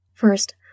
First